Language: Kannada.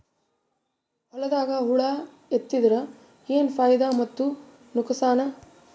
ಹೊಲದಾಗ ಹುಳ ಎತ್ತಿದರ ಏನ್ ಫಾಯಿದಾ ಮತ್ತು ನುಕಸಾನ?